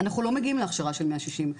אנחנו לא מגיעים להכשרה של 160,